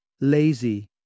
lazy